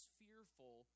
fearful